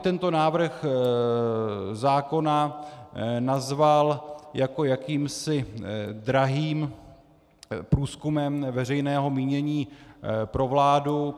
Tento návrh zákona bych nazval jako jakýmsi drahým průzkumem veřejného mínění pro vládu.